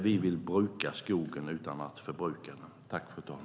Vi vill bruka skogen utan att förbruka den.